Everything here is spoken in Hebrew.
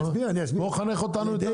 בוא תחנך אותנו יותר טוב.